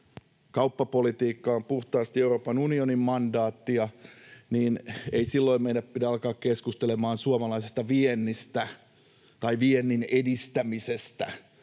Kauppapolitiikka on puhtaasti Euroopan unionin mandaattia, niin että ei silloin meidän pidä alkaa keskustelemaan suomalaisesta viennistä tai viennin edistämisestä.